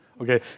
Okay